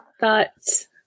thoughts